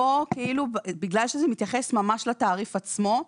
פה כאילו בגלל שזה מתייחס ממש לתעריף עצמו,